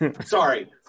sorry